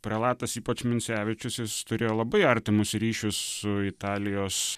prelatas ypač minsevičius jis turėjo labai artimus ryšius su italijos